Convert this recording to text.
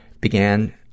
began